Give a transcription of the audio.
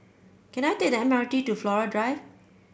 can I take the M R T to Flora Drive